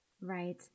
Right